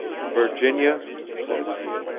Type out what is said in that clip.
virginia, said he,